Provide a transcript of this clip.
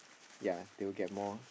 yea they will get more